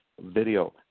video